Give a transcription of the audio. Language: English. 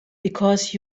because